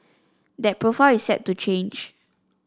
that profile is set to change